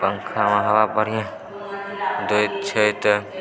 पङ्खामे हवा बढ़िआँ दैत छै तऽ